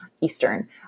Eastern